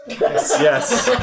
Yes